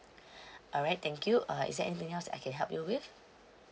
alright thank you uh is there anything else I can help you with